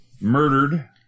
murdered